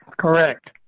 Correct